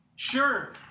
Sure